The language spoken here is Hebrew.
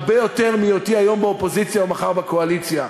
הרבה יותר מהיותי היום באופוזיציה ומחר בקואליציה,